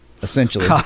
Essentially